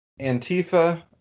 Antifa